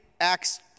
Acts